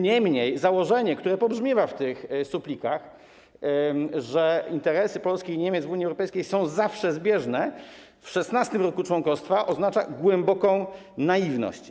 Niemniej jednak założenie, które pobrzmiewa w tych suplikach, że interesy Polski i Niemiec w Unii Europejskiej są zawsze zbieżne, w 16. roku członkostwa oznacza głęboką naiwność.